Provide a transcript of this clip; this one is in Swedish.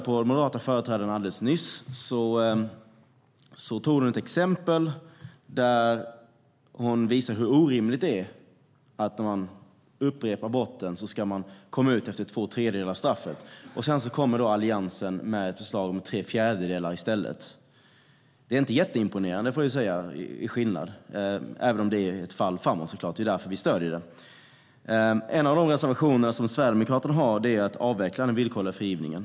Den moderata företrädaren som talade alldeles nyss tog upp ett exempel där hon visade hur orimligt det är att vid upprepad brottslighet släppas ut efter att ha avtjänat två tredjedelar av straffet. Sedan kommer Alliansen med ett förslag om frigivning efter att ha avtjänat tre fjärdedelar av straffet. Det är inte en imponerande skillnad, även om förslaget är ett fall framåt. Det är därför vi stöder det. En av Sverigedemokraternas reservationer handlar om att avveckla den villkorliga frigivningen.